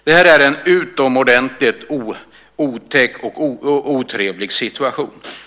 Det här är en utomordentligt otäck och otrevlig situation.